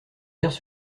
verres